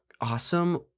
Awesome